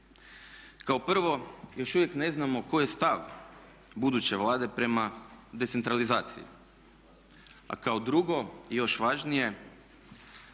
Kao prvo još uvijek ne znamo koji je stav buduće Vlade prema decentralizaciji. A kao drugo, i još važnije,